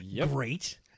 Great